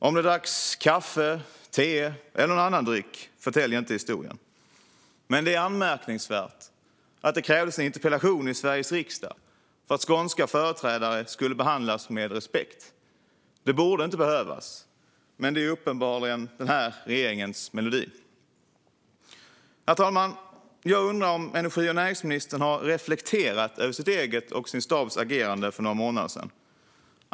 Om det dracks kaffe, te eller annan dryck förtäljer inte historien. Men det är anmärkningsvärt att det krävdes en interpellation i Sveriges riksdag för att skånska företrädare skulle behandlas med respekt. Det borde inte behövas, men det är uppenbarligen denna regerings melodi. Herr talman! Jag undrar om energi och näringsministern har reflekterat över hur hon själv och hennes stab agerade för några månader sedan?